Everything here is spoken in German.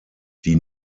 die